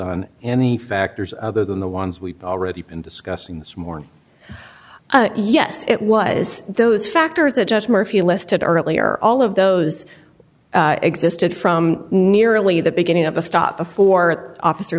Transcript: on any factors other than the ones we've already been discussing this morning yes it was those factors that just murphy listed earlier all of those existed from nearly the beginning of a stop before officer